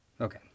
Okay